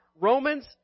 Romans